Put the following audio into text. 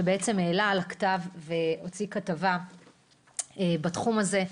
שבעצם העלה על הכתב והוציא כתבה בתחום הזה,